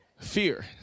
Fear